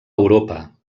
europa